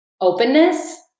openness